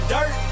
Dirt